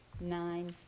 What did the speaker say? nine